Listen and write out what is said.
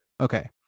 Okay